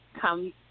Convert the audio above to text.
come